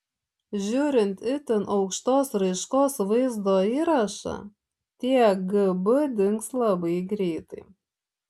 žiūrint itin aukštos raiškos vaizdo įrašą tie gb dings labai greitai